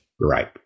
Right